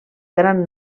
gran